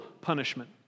punishment